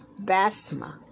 Basma